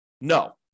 No